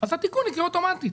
אז התיקון יקרה אוטומטית.